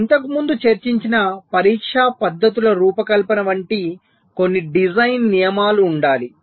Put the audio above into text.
ఇంతకుముందు చర్చించిన పరీక్షా పద్ధతుల రూపకల్పన వంటి కొన్ని డిజైన్ నియమాలు ఉండాలి